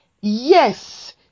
Yes